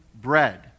bread